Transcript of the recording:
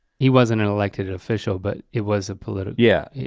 he wasn't an elected official but it was a political. yeah yeah.